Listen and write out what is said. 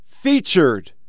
Featured